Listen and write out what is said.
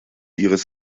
ihres